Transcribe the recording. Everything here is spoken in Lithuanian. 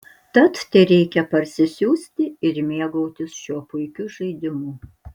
tad tereikia parsisiųsti ir mėgautis šiuo puikiu žaidimu